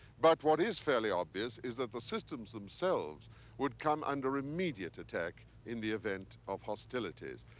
but what is fairly obvious is that the systems themselves would come under immediate attack in the event of hostilities.